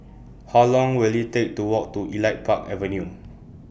How Long Will IT Take to Walk to Elite Park Avenue